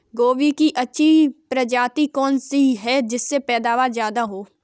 गोभी की अच्छी प्रजाति कौन सी है जिससे पैदावार ज्यादा हो?